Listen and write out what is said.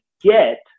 get